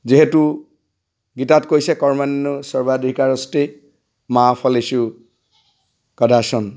যিহেতু গীতাত কৈছে কৰ্মান্যু চৰ্বাধিকাৰষ্টে মা ফলেচু কদাচন